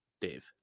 Dave